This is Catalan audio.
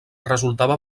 resultava